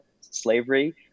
slavery